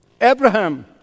Abraham